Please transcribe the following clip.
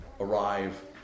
Arrive